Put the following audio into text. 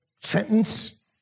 sentence